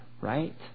right